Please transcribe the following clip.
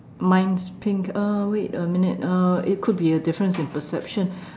mine's pink um wait a minute uh it could be a different in perception